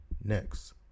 Next